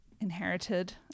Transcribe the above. inherited